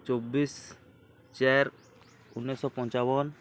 ଚବିଶ ଚାରି ଉଣେଇଶ ପଞ୍ଚାବନ